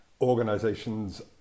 organizations